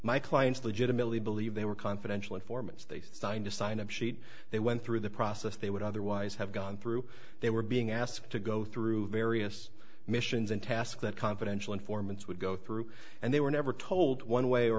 my clients legitimately believe they were confidential informants they signed a sign of sheet they went through the process they would otherwise have gone through they were being asked to go through various missions and task that confidential informants would go through and they were never told one way or